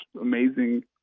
amazing